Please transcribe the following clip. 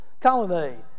colonnade